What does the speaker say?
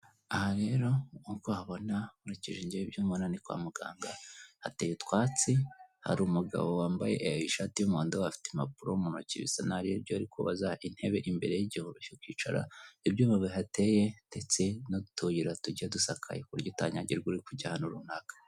Aha rero nkuko uhabona nkurikije njye ibyo mbona ni kwa muganga hateye utwatsi, hari umugabo wambaye ishati y'umuhondo afite impapuro mu ntoki bisa n'aho hari ibyo ari kubaza, intebe imbere ye igihe urushye ukicara, ibyuma bihateye ndetse n'utuyira tugiye dusakaye ku buryo utanyagirwa uri kujya ahantu runaka.